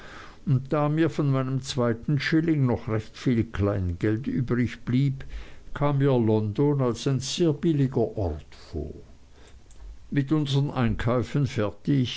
und da mir von meinem zweiten schilling noch recht viel kleingeld übrig blieb kam mir london alsein sehr billiger ort vor mit unsern einkäufen fertig